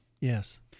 Yes